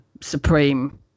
Supreme